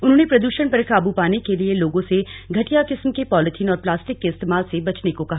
उन्होंने प्रद्रषण पर काबू पाने के लिए लोगों से घटिया किस्म के पॉलिथीन और प्लास्टिक के इस्तेमाल से बचने को कहा